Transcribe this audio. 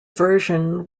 version